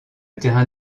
terrain